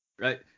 Right